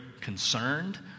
concerned